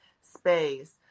space